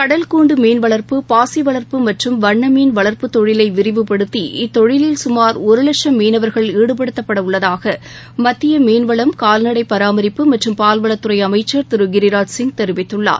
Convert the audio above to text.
கடல் கூண்டு மீன்வளர்ப்பு பாசி வளர்ப்பு மற்றும் வண்ண மீன் வளர்ப்புத் தொழிலை விரிவுபடுத்தி இத்தொழிலில் சுமார் ஒரு லட்சம் மீனவர்களை ஈடுபடுத்த உள்ளதாக மத்திய மீன்வளம் கால்நடை பராமரிப்பு மற்றும் பால்வளத்துறை அமைச்சர் திரு கிரிராஜ் சிங் தெரிவித்துள்ளார்